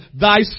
thy